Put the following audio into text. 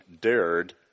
dared